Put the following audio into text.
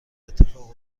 اتفاق